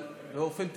באופן טבעי.